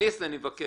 אליסה, אני מבקש.